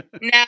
No